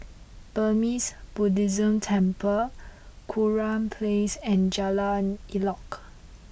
Burmese Buddhist Temple Kurau Place and Jalan Elok